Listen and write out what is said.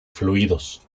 fluidos